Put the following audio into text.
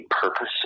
purpose